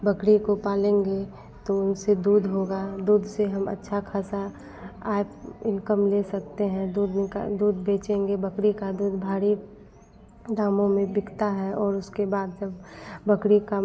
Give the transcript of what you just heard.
बकरी को पालेंगे तो उससे दूध होगा दूध से हम अच्छा ख़ासा आय इनकम ले सकते हैं दूध उनका दूध बेचेंगे बकरी का दूध भरी दामों में बिकता है और उसके बाद बकरी का